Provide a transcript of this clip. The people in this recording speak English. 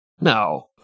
No